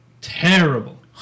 terrible